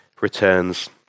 returns